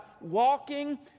walking